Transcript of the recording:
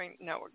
No